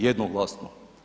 Jednoglasno.